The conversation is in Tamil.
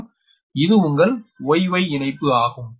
மற்றும் இது உங்கள் Y Y இணைப்பு ஆகும்